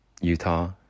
Utah